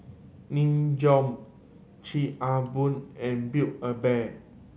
Nin Jiom Chic a Boo and Build A Bear